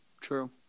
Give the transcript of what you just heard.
True